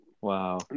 Wow